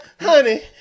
Honey